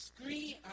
screen